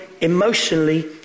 emotionally